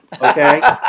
Okay